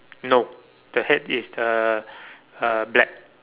no the head is the uh black